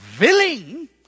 willing